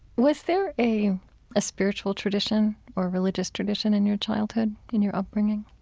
was there a spiritual tradition or religious tradition in your childhood, in your upbringing?